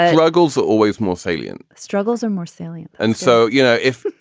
ah ruggles always more salient. struggles are more salient. and so, you know, if.